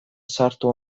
sartu